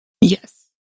Yes